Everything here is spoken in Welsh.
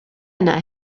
yna